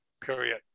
period